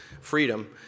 freedom